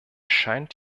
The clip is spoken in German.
scheint